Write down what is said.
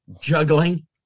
juggling